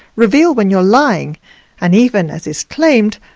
reveal when you're lying and even, as is claimed,